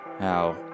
now